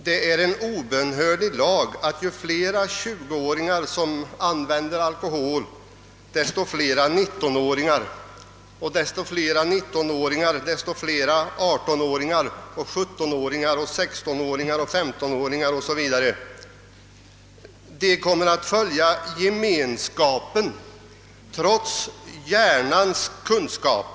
Det är en obönhörlig lag att ju flera 20-åringar som använder alkohol, desto flera 19-åringar gör det, och ju flera 19-åringar, desto flera 18-åringar, 17-åringar, 16-åringar och 15-åringar osv. De kommer att följa gemenskapen trots hjärnans kunskap.